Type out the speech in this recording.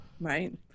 Right